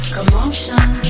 Commotion